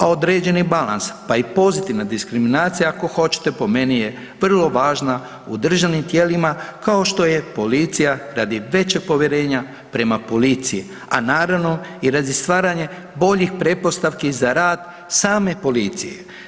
A određeni balans pa i pozitivna diskriminacija ako hoćete po meni je vrlo važna u državnim tijelima kao što je policija radi većeg povjerenja prema policiji, a naravno i radi stvaranja boljih pretpostavki za rad same policije.